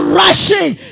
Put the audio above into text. rushing